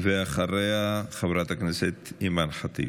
אחריה, חברת הכנסת אימאן ח'טיב.